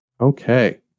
okay